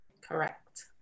Correct